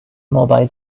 mobile